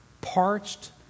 parched